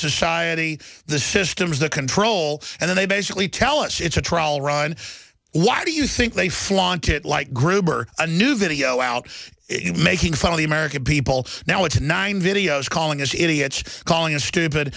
society the systems that control and then they basically tell us it's a trial run why do you think they flaunt it like gruber a new video out you making fun of the american people now it's nine videos calling as he had calling a stupid